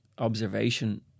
observation